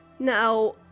Now